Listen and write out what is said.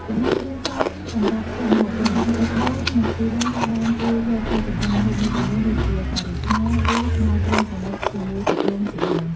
ចំណែកគ្រឿងផ្សំសម្រាប់ធ្វើម្ហូបវិញ ទឹកដូង និងខ្ទិះដូងត្រូវបានគេយកទៅចម្អិនម្ហូបមួយចំនួនដូចជា ការីខ្មែរ ឬ ស្ងោរគ្រឿងសមុទ្រជាមួយទឹកដូង ជាដើម។